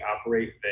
operate